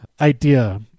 idea